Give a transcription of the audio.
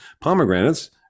Pomegranates